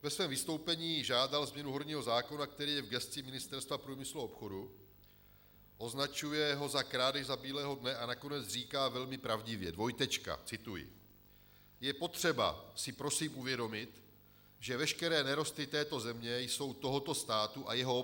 Ve svém vystoupení žádal změnu horního zákona, který je v gesci Ministerstva průmyslu a obchodu, označuje ho za krádež za bílého dne a nakonec říká velmi pravdivě, dvojtečka, cituji: Je potřeba si prosím uvědomit, že veškeré nerosty této země jsou tohoto státu a jeho občanů.